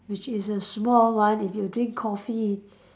which is a small one if you drink coffee